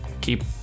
keep